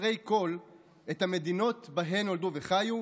חסרי כול את המדינות שבהן נולדו וחיו,